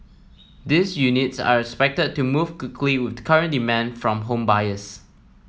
these units are expected to move quickly with the current demand from home buyers